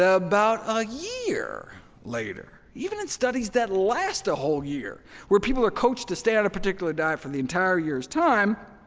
ah about a year later? even in studies that last a whole year, where people are coached to stay on a particular diet for the entire years' time,